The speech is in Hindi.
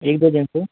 एक दो दिन तो